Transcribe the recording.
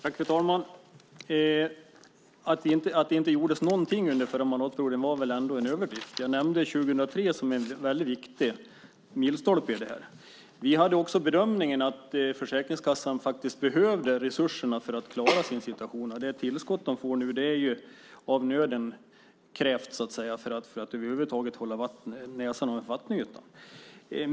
Fru talman! Att det inte gjordes något under förra mandatperioden var väl ändå en överdrift. Jag nämnde 2003 som en viktig milstolpe i detta. Vi gjorde bedömningen att Försäkringskassan behövde resurserna för att klara sin situation. Det tillskott de får nu är av nöden krävt för att över huvud taget hålla näsan över vattenytan.